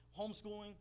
homeschooling